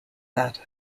that